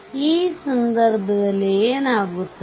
ಈ ಸಂದರ್ಭದಲ್ಲಿ ಏನಾಗುತ್ತದೆ